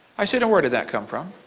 i said, where did that come from?